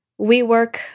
WeWork